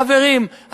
חברים,